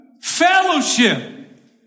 Fellowship